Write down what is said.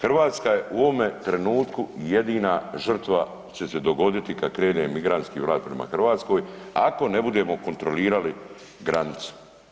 Hrvatska je u ovome trenutku jedina žrtva će se dogoditi kad krene migrantski vlak prema Hrvatskoj ako ne budemo kontrolirali granicu.